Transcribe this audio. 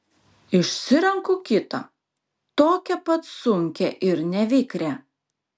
išsirenku kitą tokią pat sunkią ir nevikrią